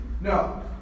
No